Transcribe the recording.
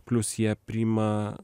plius jie priima